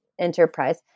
enterprise